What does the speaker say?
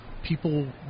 People